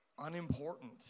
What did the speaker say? unimportant